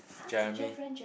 Jeremy